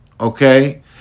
okay